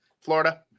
Florida